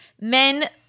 men